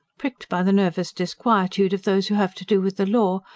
pricked by the nervous disquietude of those who have to do with the law,